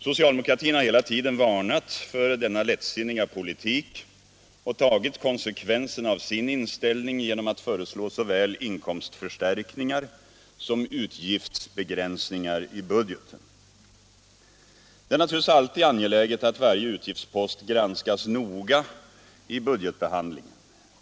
Socialdemokratin har hela tiden varnat för denna lättsinniga politik och tagit konsekvenserna av sin inställning genom att föreslå såväl inkomstförstärkningar som utgiftsbegränsningar i budgeten. Det är naturligtvis alltid angeläget att varje utgiftspost granskas noga i budgetbehandlingen.